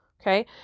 Okay